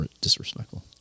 disrespectful